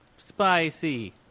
Spicy